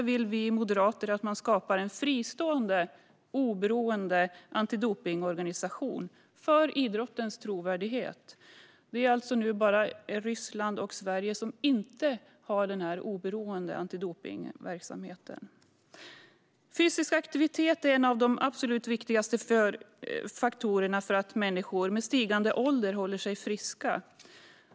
Vi moderater vill att man skapar en fristående, oberoende antidopningsorganisation - för idrottens trovärdighet. Det är nu bara Ryssland och Sverige som inte har en oberoende antidopningsverksamhet. Fysisk aktivitet är en av de absolut viktigaste faktorerna för att människor ska hålla sig friska med stigande ålder.